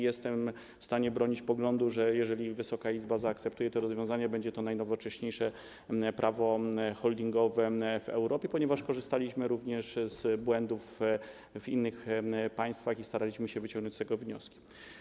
Jestem w stanie bronić poglądu, że jeżeli Wysoka Izba zaakceptuje to rozwiązanie, będzie to najnowocześniejsze prawo holdingowe w Europie, ponieważ patrzyliśmy również na błędy popełnione w innych państwach i staraliśmy się wyciągnąć z nich wnioski.